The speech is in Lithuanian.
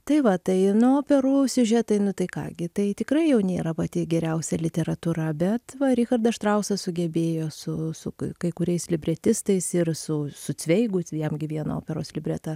tai va tai nu operų siužetai nu tai ką gi tai tikrai jau nėra pati geriausia literatūra bet va richardas štrausas sugebėjo su su kai kuriais libretistais ir su su cveigu jam gi vieno operos libretą